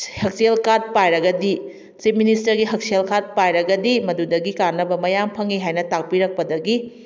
ꯍꯛꯁꯦꯜ ꯀꯥꯔꯗ ꯄꯥꯏꯔꯒꯗꯤ ꯆꯤꯞ ꯃꯤꯅꯤꯁꯇꯔꯒꯤ ꯍꯛꯁꯦꯜ ꯀꯥꯔꯗ ꯄꯥꯏꯔꯒꯗꯤ ꯃꯗꯨꯗꯒꯤ ꯀꯥꯟꯅꯕ ꯃꯌꯥꯝ ꯐꯪꯉꯤ ꯍꯥꯏꯅ ꯇꯥꯛꯄꯤꯔꯛꯄꯗꯒꯤ